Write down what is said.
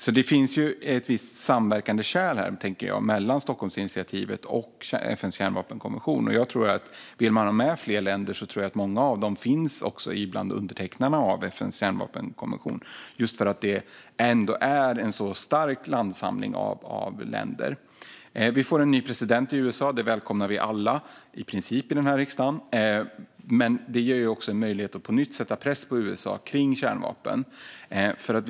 Jag tänker att det alltså finns viss samverkan mellan Stockholmsinitiativet och FN:s kärnvapenkonvention. Om man vill ha med fler länder tror jag att många av dem finns bland undertecknarna av FN:s kärnvapenkonvention. Det är ju ändå en stark samling av länder. Att USA får en ny president välkomnar vi alla i denna riksdag, i princip. Men det ger också en möjlighet att på nytt sätta press på USA när det gäller kärnvapen.